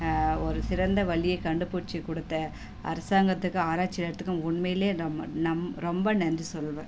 ஒரு சிறந்த வழிய கண்டுபிடிச்சி கொடுத்த அரசாங்கத்துக்கும் ஆராய்ச்சி நிலையத்துக்கும் உண்மையிலே நம்ம நம் ரொம்ப நன்றி சொல்வேன்